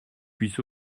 puisse